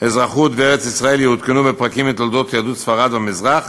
אזרחות וארץ-ישראל יעודכנו בפרקים מתולדות יהדות ספרד והמזרח